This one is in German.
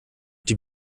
die